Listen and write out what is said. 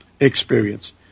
experience